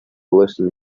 listen